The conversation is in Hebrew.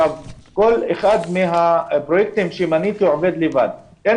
כל אחד מהפרויקטים שמניתי עובד לבד ואין